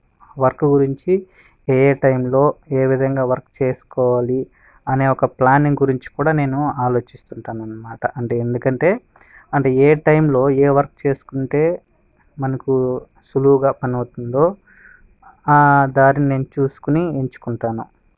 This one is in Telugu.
వర్క్ గురించి ఏ టైంలో ఏ విధంగా వర్క్ చేసుకోవాలి అనే ఒక ప్లానింగ్ గురించి కూడా నేను ఆలోచిస్తుంటాను అన్నమాట అంటే ఎందుకంటే అంటే ఏ టైంలో ఏ వర్క్ చేసుకుంటే మనకు సులువుగా పని అవుతుందో దారి నేను చూసుకొని ఎంచుకుంటాను